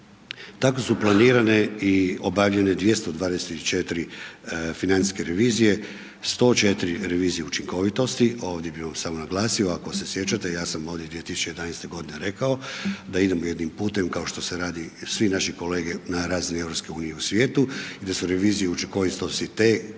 Tako su planirane i obavljene 224 financijske revizije, 104 revizije učinkovitosti. Ovdje bih vam samo naglasio, ako se sjećate, ja sam ovdje 2011. godine rekao da idemo jednim putem kao što se radi, svi naši kolege na razini EU u svijetu i da su revizije učinkovitosti te kojima